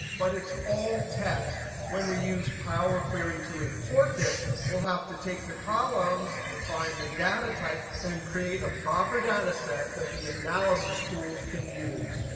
but it's all text. when we use power query to import this, we'll have to take the columns, define the data type, and create a proper data set that the analysis tools can use.